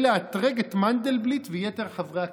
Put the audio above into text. לאתרג את מנדלבליט ויתר חברי הכנופיה.